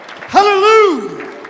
Hallelujah